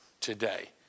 today